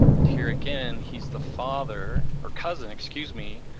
and here again, he's the father or cousin, excuse me,